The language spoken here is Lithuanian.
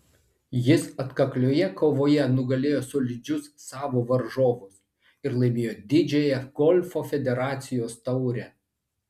jis atkaklioje kovoje nugalėjo solidžius savo varžovus ir laimėjo didžiąją golfo federacijos taurę